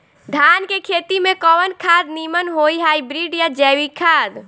धान के खेती में कवन खाद नीमन होई हाइब्रिड या जैविक खाद?